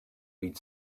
read